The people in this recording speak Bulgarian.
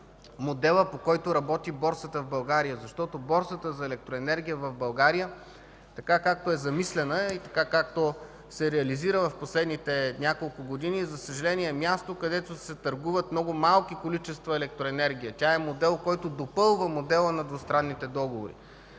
модела, по който работи борсата в България, защото борсата за електроенергия в България, както е замислена и както се реализира в последните няколко години, за съжаление, е място, където се търгуват много малки количества електроенергия. Тя е модел, който допълва модела на двустранните договори.